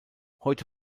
heute